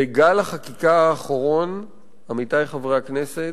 בגל החקיקה האחרון, עמיתי חברי הכנסת,